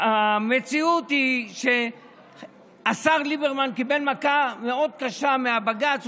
המציאות היא שהשר ליברמן קיבל מכה מאוד קשה מבג"ץ.